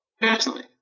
personally